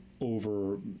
over